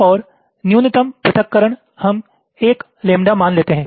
और न्यूनतम पृथक्करण हम 1 लैम्ब्डा मान लेते हैं